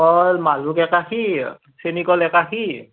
কল মালবোগ এক আষি চেনি কল এক আষি